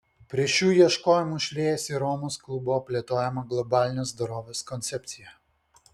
prie šių ieškojimų šliejasi ir romos klubo plėtojama globalinės dorovės koncepcija